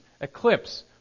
eclipse